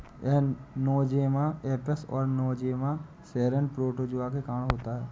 यह Nosema apis और Nosema ceranae protozoa के कारण होता है